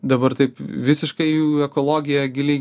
dabar taip visiškai jų ekologiją giliai